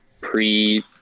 pre